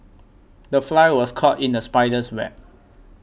the fly was caught in the spider's web